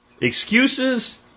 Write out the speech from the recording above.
Excuses